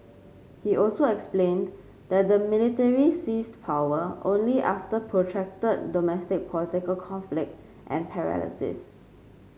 he also explained that the military seized power only after protracted domestic political conflict and paralysis